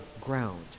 ground